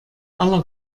aller